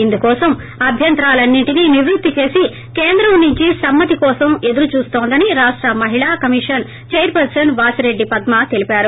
ఇందుకోసం అభ్యోంతరాలిన్నింటనీ నివృత్తి చేసి కేంద్రం నుంచి సమ్మతికోసం ఎదురుచూస్తోందని రాష్ట్ర మహిళాకమిషన్ chairperson Vasireddy Padma తెలిపారు